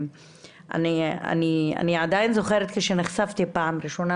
אני עדיין זוכרת כשנחשפתי לבעיה בפעם הראשונה,